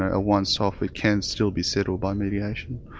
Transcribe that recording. a once-off, it can still be settled by mediation.